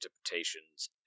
interpretations